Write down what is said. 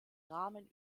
rahmen